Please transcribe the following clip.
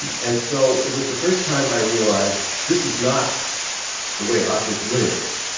and and so it was the first time i realized this is not the way objects live.